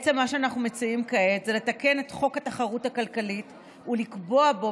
מה שאנחנו מציעים כעת זה לתקן את חוק התחרות הכלכלית ולקבוע בו,